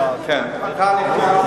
אתה לא הולך,